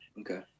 Okay